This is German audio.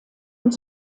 und